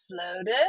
floated